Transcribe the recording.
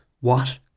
What